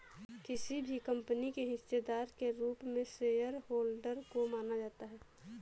किसी भी कम्पनी के हिस्सेदार के रूप में शेयरहोल्डर को माना जाता है